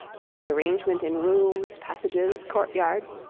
but the arrangement in rooms, passages, courtyards,